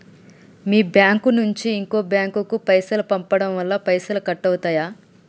మీ bank నుంచి ఇంకో bank కు పైసలు పంపడం వల్ల పైసలు కట్ అవుతయా?